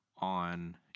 on